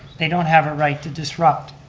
they don't have a right to disrupt,